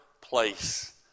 place